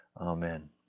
amen